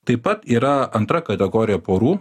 taip pat yra antra kategorija porų